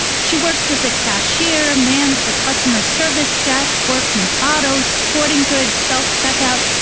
she works as a cashier, mans the customer service desk, works in auto sporting goods, self-checkout,